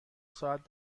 ساعت